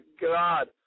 God